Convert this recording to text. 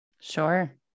Sure